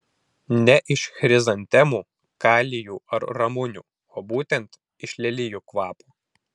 ne iš chrizantemų kalijų ar ramunių o būtent iš lelijų kvapo